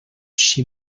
she